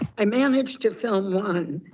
i managed to film one,